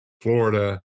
Florida